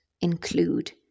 include